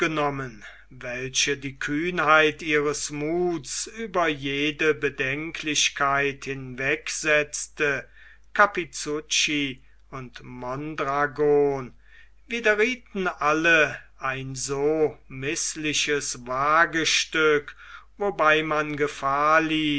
welche die kühnheit ihres muths über jede bedenklichkeit hinwegsetzte capizucchi und mondragon widerriefen alle ein so mißliches wagestück wobei man gefahr